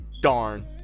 darn